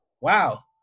wow